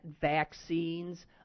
vaccines